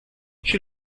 she